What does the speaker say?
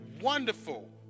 wonderful